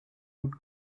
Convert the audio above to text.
would